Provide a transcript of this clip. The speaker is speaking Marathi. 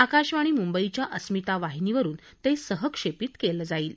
आकाशवाणी मुंबईच्या अस्मिता वाहिनीवरुन ते सहक्षेपित केलं जाईल